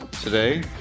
today